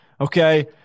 Okay